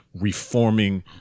reforming